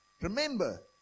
Remember